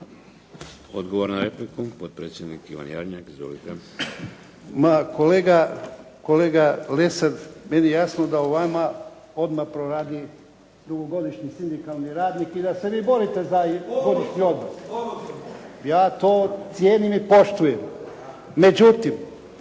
Odgovor na repliku, potpredsjednik Ivan Jarnjak. Izvolite. **Jarnjak, Ivan (HDZ)** Ma kolega Lesar meni je jasno da u vama odmah proradi dugogodišnji sindikalni radnik i da se vi borite za … /Ne razumije se./ … ja to cijenim i poštujem. Međutim,